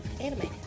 anime